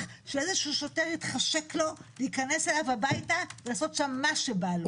שאיזשהו שוטר יתחשק לו להיכנס אליו הביתה ולעשות שם מה שבא לו.